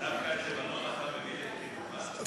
דווקא את לבנון,